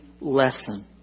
lesson